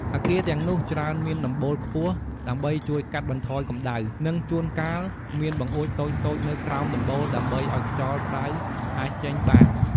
អគារទាំងនោះច្រើនមានដំបូលខ្ពស់ ដើម្បីជួយកាត់បន្ថយកម្ដៅ និងជួនកាលមានបង្អួចតូចៗនៅក្រោមដំបូលដើម្បីឱ្យខ្យល់ក្តៅអាចចេញបាន។